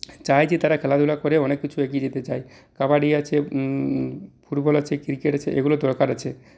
চায় যে তারা খেলাধুলা করে অনেক কিছু এগিয়ে যেতে চায় কবাডি আছে ফুটবল আছে ক্রিকেট আছে এগুলোর দরকার আছে